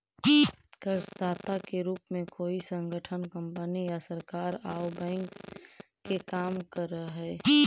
कर्जदाता के रूप में कोई संगठन कंपनी या सरकार औउर बैंक के काम करऽ हई